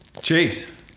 Chase